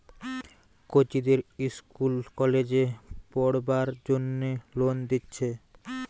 কচিদের ইস্কুল কলেজে পোড়বার জন্যে লোন দিচ্ছে